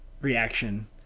reaction